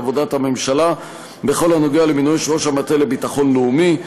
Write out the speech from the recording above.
עבודת הממשלה בכל הקשור למינויו של ראש המטה לביטחון לאומי.